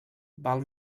val